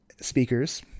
speakers